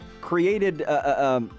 created